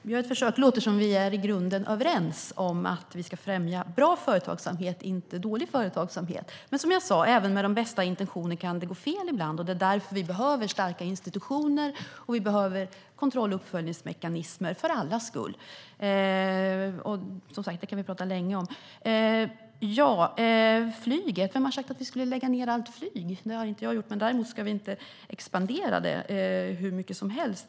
Herr talman! Det låter som om vi i grunden är överens om att vi ska främja bra företagsamhet och inte dålig företagsamhet. Men som jag sa: Även med de bästa intentioner kan det ibland gå fel, och det är därför vi behöver starka institutioner och kontroll och uppföljningsmekanismer för allas skull. Det kan vi prata om länge. Beträffande flyget: Vem har sagt att vi ska lägga ned allt flyg? Jag har inte gjort det. Däremot ska vi inte expandera det hur mycket som helst.